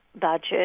budget